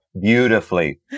beautifully